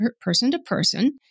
person-to-person